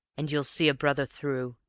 and you'll see a brother through.